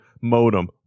modem